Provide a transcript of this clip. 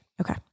Okay